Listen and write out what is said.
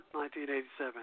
1987